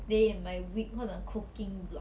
day in my week 或者 cooking vlog